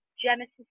genesis